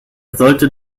sollte